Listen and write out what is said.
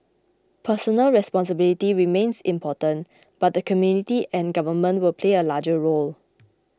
personal responsibility remains important but the community and Government will play a larger role